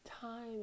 time